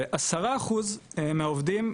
ו- 10% מהעובדים,